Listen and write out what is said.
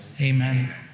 Amen